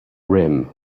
rim